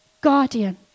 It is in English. guardian